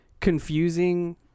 confusing